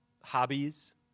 hobbies